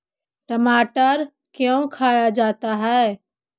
टमाटर क्यों खाया जाता है?